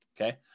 okay